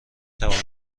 توانم